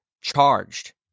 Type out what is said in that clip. charged